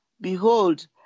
Behold